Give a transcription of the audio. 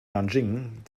nanjing